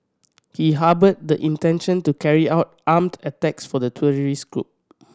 he harboured the intention to carry out armed attacks for the terrorist group